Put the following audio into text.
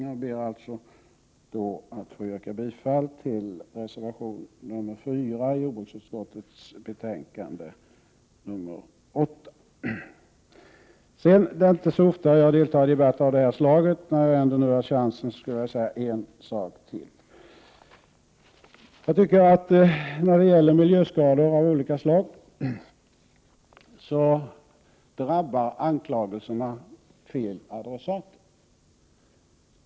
Jag ber att få yrka bifall till reservation 4 vid jordbruksutskottets betänkande 8. Det är inte så ofta jag deltar i debatter av det här slaget, och när jag nu har chansen vill jag säga en sak till. Jag tycker att när det gäller miljöskador av olika slag drabbar anklagelserna fel adressater.